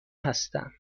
هستم